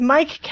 Mike